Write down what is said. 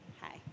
Hi